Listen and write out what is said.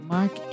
Mark